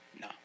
no